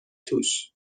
توش